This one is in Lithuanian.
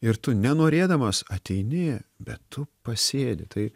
ir tu nenorėdamas ateini bet tu pasėdi tai